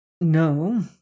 No